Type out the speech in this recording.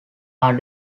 are